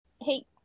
hey